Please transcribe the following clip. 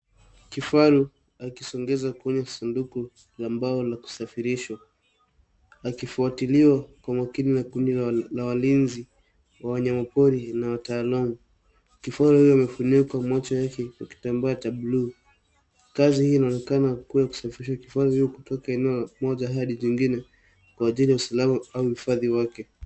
Kifaru akisongeza kwenye sanduku la mbao la kusafirishwa, akifuatiliwa kwa makini na kundi la walinzi wa wanyamapori na wataalamu. Kifaru huyo amefunikwa macho yake kwa kitambaa cha blue . Kazi hii inaonekana kuwa ya kusafirisha kifaru huyo kutoka eneo moja hadi jingine kwa ajili ya usalama au hifadhi yake.